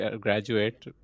graduate